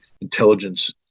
intelligence